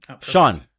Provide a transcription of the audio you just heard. Sean